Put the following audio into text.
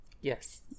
Yes